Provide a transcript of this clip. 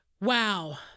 Wow